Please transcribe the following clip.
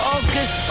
August